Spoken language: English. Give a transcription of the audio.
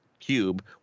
Cube